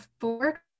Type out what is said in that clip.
four